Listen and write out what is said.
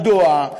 מדוע?